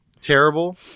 terrible